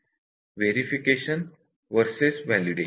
verification versus validation